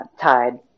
tide